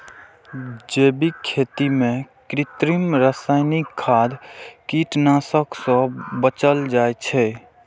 जैविक खेती मे कृत्रिम, रासायनिक खाद, कीटनाशक सं बचल जाइ छै